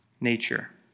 nature